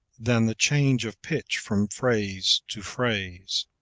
than the change of pitch from phrase to phrase.